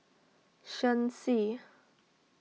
Shen Xi